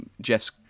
Jeff's